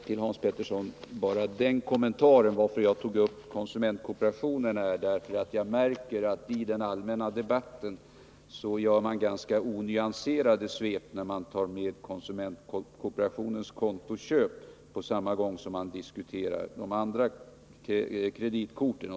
Till Hans Petersson vill jag bara rikta den kommentaren att jag tog upp konsumentkooperationen därför att jag har märkt att man i den allmänna debatten gör ganska onyanserade svep, när man tar med konsumentkooperationens kontoköp på samma gång som man diskuterar de andra kreditkorten.